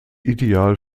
ideal